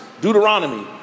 Deuteronomy